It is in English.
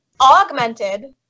Augmented